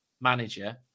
manager